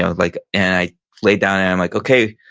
and like and i laid down and i'm like, okay,